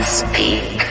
speak